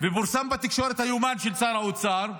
ופורסם בתקשורת היומן של שר האוצר,